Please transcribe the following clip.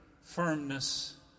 firmness